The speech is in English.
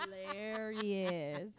hilarious